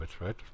right